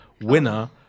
winner